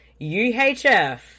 UHF